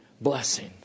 blessing